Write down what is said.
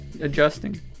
adjusting